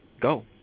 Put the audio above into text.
go